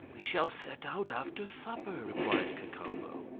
we shall set out after supper, replied cacambo.